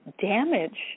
damage